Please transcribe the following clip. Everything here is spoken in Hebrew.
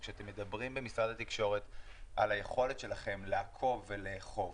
כשאתם מדברים במשרד התקשורת על היכולת שלכם לעקוב ולאכוף,